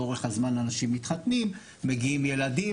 לאורך הזמן אנשים מתחתנים, מגיעים ילדים.